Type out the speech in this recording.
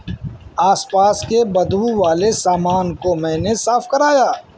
آس پاس کے بدبو والے سامان کو میں نے صاف کرایا